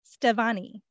Stevani